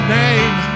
name